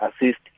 assist